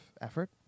effort